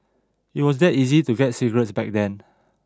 it was that easy to get cigarettes back then